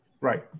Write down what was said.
Right